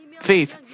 faith